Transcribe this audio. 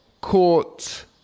Court